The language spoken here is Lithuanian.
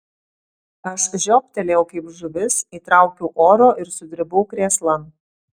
aš žioptelėjau kaip žuvis įtraukiau oro ir sudribau krėslan